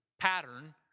pattern